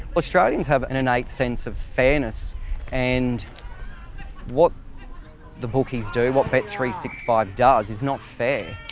australians have an innate sense of fairness and what the bookies do, what b three six five does is not fair.